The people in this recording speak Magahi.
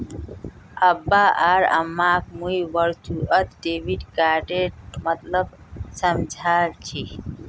अब्बा आर अम्माक मुई वर्चुअल डेबिट कार्डेर मतलब समझाल छि